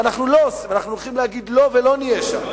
ואנחנו הולכים להגיד לא ולא נהיה שם.